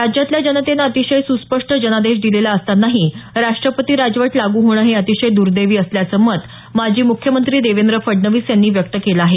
राज्यातल्या जनतेनं अतिशय सुस्पष्ट जनादेश दिलेला असतानाही राष्ट्रपती राजवट लागू होणं हे अतिशय दर्दैवी असल्याचं मत माजी मुख्यमंत्री देवेंद्र फडणवीस यांनी व्यक्त केलं आहे